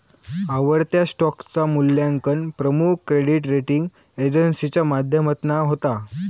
आवडत्या स्टॉकचा मुल्यांकन प्रमुख क्रेडीट रेटींग एजेंसीच्या माध्यमातना होता